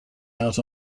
out